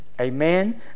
amen